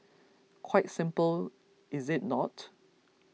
quite simple is it not